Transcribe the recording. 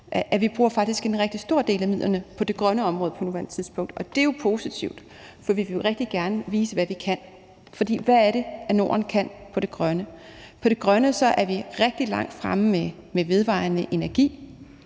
at vi bruger en stor del af midlerne på det grønne område på nuværende tidspunkt. Og det er jo positivt, for vi vil rigtig gerne vise, hvad vi kan. For hvad er det, Norden kan på det grønne område? På det grønne område er vi rigtig langt fremme med vedvarende energi.